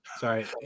Sorry